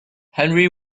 henry